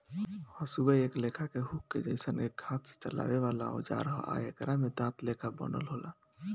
हसुआ एक लेखा के हुक के जइसन एक हाथ से चलावे वाला औजार ह आ एकरा में दांत लेखा बनल होला